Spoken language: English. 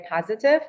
positive